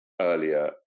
earlier